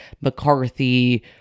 McCarthy